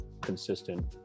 consistent